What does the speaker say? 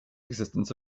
existence